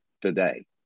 today